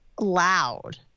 loud